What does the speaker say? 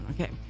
Okay